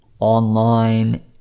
online